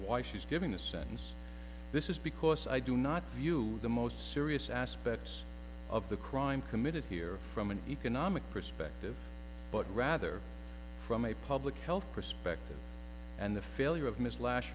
why she's given a sentence this is because i do not view the most serious aspects of the crime committed here from an economic perspective but rather from a public health perspective and the failure of ms las